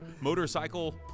motorcycle